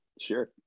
Sure